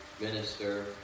minister